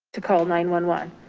to call nine one one,